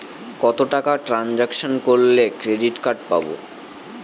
কত টাকা ট্রানজেকশন করলে ক্রেডিট কার্ড পাবো?